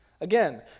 Again